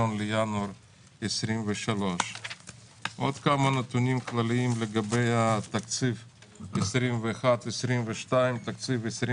בינואר 2023. עוד כמה נתונים כלליים לגבי תקציב 2022-2021. תקציב 2021